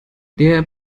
der